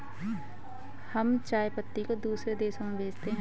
हम चाय पत्ती को दूसरे देशों में भेजते हैं